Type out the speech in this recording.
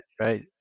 right